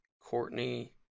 Courtney